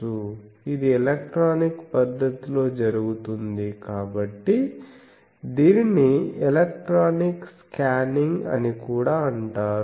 ఇది ఎలక్ట్రానిక్ పద్ధతిలో జరుగుతుంది కాబట్టి దీనిని ఎలక్ట్రానిక్ స్కానింగ్ అని కూడా అంటారు